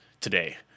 today